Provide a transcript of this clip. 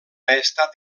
estat